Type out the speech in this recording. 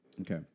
Okay